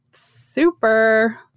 super